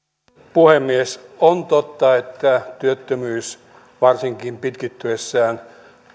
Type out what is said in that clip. puhemies on totta että työttömyys varsinkin pitkittyessään